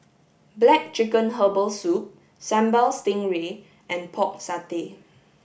black chicken herbal soup Sambal Stingray and pork satay